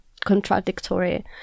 Contradictory